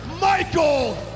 Michael